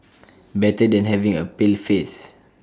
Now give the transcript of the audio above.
better than having A pale face